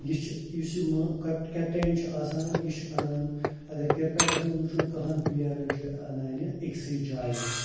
یہِ چھُ یُس یہٕ ما کیٚپٹین چھُ آسان یہٕ چھُ اَنان اگر کِرکَٹَس مَنٛز وِچھو کَہَن پٕلیرَن چھُ اَنان یہٕ أکسی جایہِ